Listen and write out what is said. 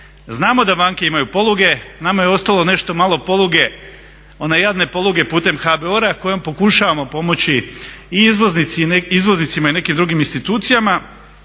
Znamo da banke imaju poluge, nama je ostalo nešto malo poluge one jadne poluge putem HBOR-a kojom pokušavamo pomoći i izvoznicima i nekim drugim institucijama.